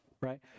right